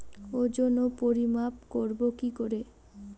ওজন ও পরিমাপ করব কি করে?